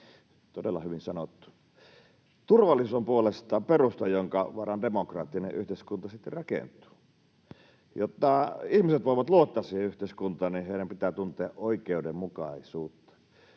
Todella hyvin sanottu. Turvallisuus on puolestaan perusta, jonka varaan demokraattinen yhteiskunta sitten rakentuu. Jotta ihmiset voivat luottaa yhteiskuntaan, heidän pitää tuntea oikeudenmukaisuutta.